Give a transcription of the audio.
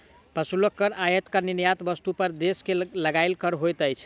प्रशुल्क कर आयात आ निर्यात वस्तु पर देश के लगायल कर होइत अछि